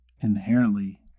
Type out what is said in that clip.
inherently